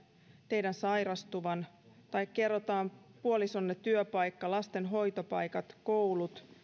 teidän sairastuvan tai kerrotaan puolisonne työpaikka lasten hoitopaikat koulut